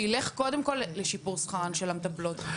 שילך קודם כל לשיפור שכרן של המטפלות,